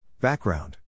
Background